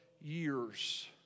years